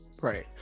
Right